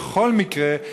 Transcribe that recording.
בכל מקרה,